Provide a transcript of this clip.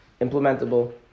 implementable